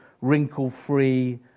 wrinkle-free